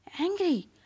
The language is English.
Angry